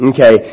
Okay